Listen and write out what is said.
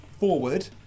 forward